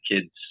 kids